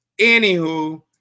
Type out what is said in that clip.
Anywho